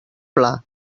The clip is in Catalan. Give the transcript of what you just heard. pla